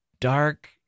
dark